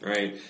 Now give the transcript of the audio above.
Right